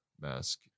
mask